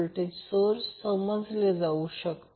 हे केस 3 आहे